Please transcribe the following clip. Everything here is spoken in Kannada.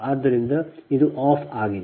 ಆದ್ದರಿಂದ ಇದು ಆಫ್ ಆಗಿದೆ